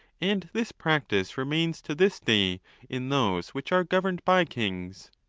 and this practice remains to this day in those which are governed by kings.